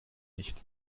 nicht